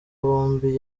bombi